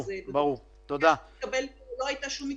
לא הייתה שום התייחסות,